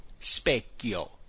specchio